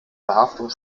verhaftung